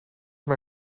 mij